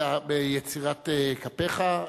זה יצירת כפיך,